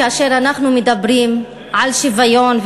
כשאנחנו מדברים על שוויון,